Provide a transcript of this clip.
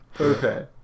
Okay